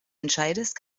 entscheidest